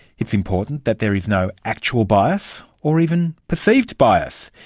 it's important that there is no actual bias or even perceived bias.